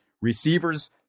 receivers